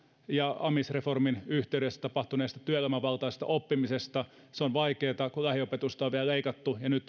ja amisreformin yhteydessä tapahtuneesta työelämävaltaisesta oppimisesta se on vaikeata kun lähiopetusta on vielä leikattu ja nyt